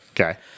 Okay